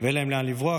ואין להם לאן לברוח.